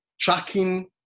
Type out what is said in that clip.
tracking